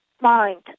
mind